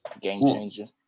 game-changer